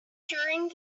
during